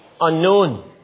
unknown